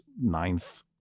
ninth